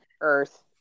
earth